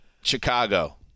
Chicago